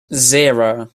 zero